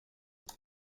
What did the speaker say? for